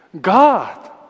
God